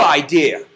idea